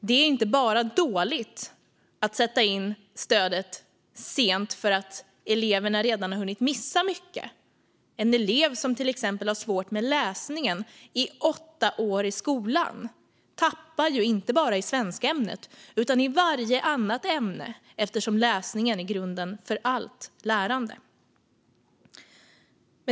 Att sätta in stödet sent är inte bara dåligt därför att eleverna redan har hunnit missa mycket; en elev som till exempel har svårt med läsningen under åtta år i skolan tappar ju inte bara i svenskämnet utan också i varje annat ämne eftersom läsningen är grunden för allt lärande.